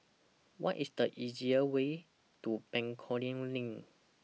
What IS The easiest Way to Bencoolen LINK